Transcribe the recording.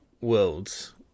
worlds